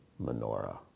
menorah